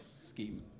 scheme